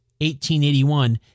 1881